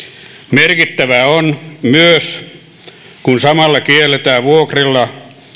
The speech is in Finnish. merkittävää on myös se kun samalla kielletään vuokrilla